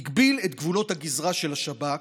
הגביל את גבולות הגזרה של השב"כ,